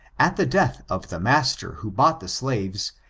at the death of the master who bought the slaves,